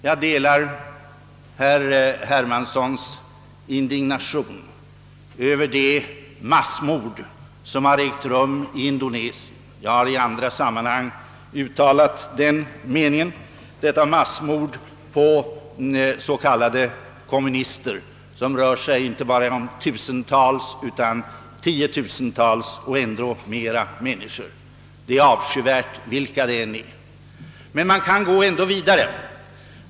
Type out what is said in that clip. Jag delar herr Hermanssons indignation över de massmord som har ägt rum 1 Indonesien — jag har i andra sammanhang uttalat den meningen — dessa massmord på s.k. kommunister, som rört sig inte bara om tusentals människor utan om tiotusentals och ändå flera. Massmord är avskyvärda vilka det än gäller. Man kan emellertid gå vidare.